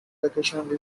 vocational